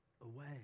away